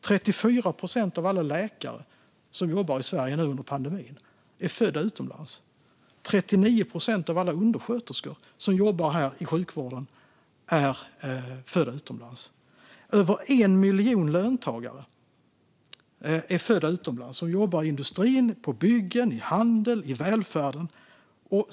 34 procent av alla läkare som jobbar i Sverige under pandemin är födda utomlands. 39 procent av alla undersköterskor som jobbar i vår sjukvård är födda utomlands. Över 1 miljon löntagare är födda utomlands, människor som jobbar i industrin, på byggen, i handeln och i välfärden.